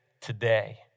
today